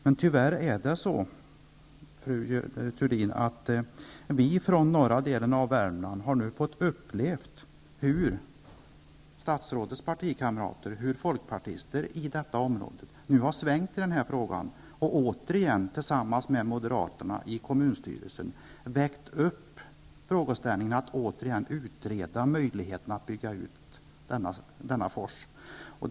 Men tyvärr är det så, fru Thurdin, att vi i norra delen av Värmland fått uppleva hur statsrådets partikamrater och hur folkpartister i detta område har svängt i frågan och återigen, tillsammans med moderaterna i kommunstyrelsen, väckt frågan om att utreda möjligheterna att bygga ut Strängforsen.